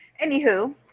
Anywho